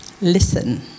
Listen